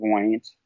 point